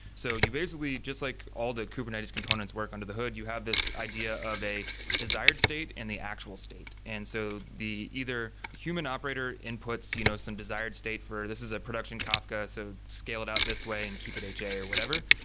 so you basically, just like all the kubernetes components work under the hood, you have this idea of a desired state and the actual state. and so the either human operator inputs you know some desired state for this is a production kafka, so scale it out this way and keep it ha or whatever.